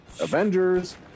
Avengers